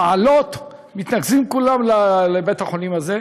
ומעלות, שמתנקזים כולם לבית-החולים הזה.